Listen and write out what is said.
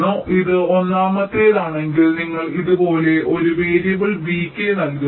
അതിനാൽ ഇത് ഒന്നാമത്തേതാണെങ്കിൽ നിങ്ങൾ ഇതുപോലുള്ള ഒരു വേരിയബിൾ vk നൽകുന്നു